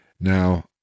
Now